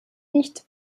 nicht